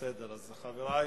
חברי,